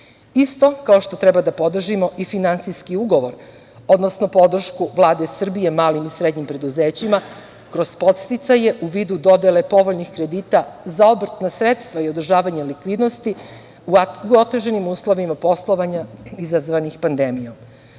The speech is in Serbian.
isto kao treba da podržimo i Finansijski ugovor, odnosno podršku Vlade Srbije malim i srednjim preduzećima kroz podsticaje u vidu dodele povoljnih kredita za obrtna sredstva i održavanje likvidnosti u otežanim uslovima poslovanja izazvanih pandemijom.Za